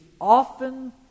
often